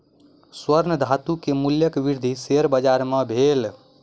स्वर्ण धातु के मूल्यक वृद्धि शेयर बाजार मे भेल